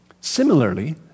Similarly